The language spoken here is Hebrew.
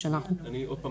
אני, שוב,